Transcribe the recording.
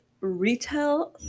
Retail